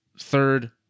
Third